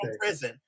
prison